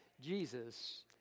Jesus